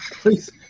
please